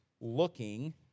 looking